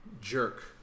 jerk